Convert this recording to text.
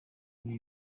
muri